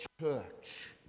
church